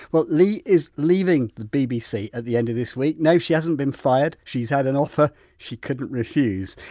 well, lee is leaving the bbc at the end of this week no she hasn't been fired, she's had an offer she couldn't refuse.